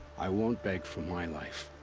i won't beg for my life.